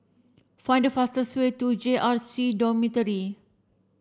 find the fastest way to J R C Dormitory